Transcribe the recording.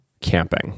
camping